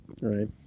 Right